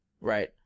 right